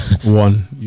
one